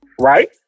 right